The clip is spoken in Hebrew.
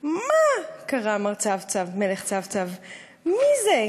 / 'מה?' קרא מר צב-צב, מלך צב-צב, / 'מי זה?